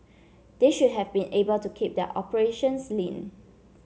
they should have been able to keep their operations lean